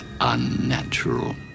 unnatural